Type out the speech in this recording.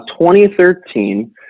2013